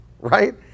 right